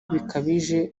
bikabije